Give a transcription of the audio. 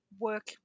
work